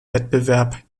wettbewerb